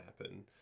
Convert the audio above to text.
happen